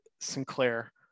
Sinclair